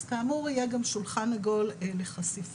אז כאמור, יהיה גם שולחן עגול לחשיפה.